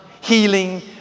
healing